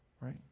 right